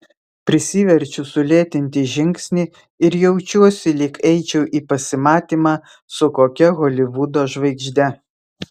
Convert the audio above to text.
prisiverčiu sulėtinti žingsnį ir jaučiuosi lyg eičiau į pasimatymą su kokia holivudo žvaigžde